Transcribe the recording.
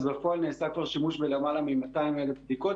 אז נכון נעשה כבר שימוש בלמעלה מ-200,000 בדיקות,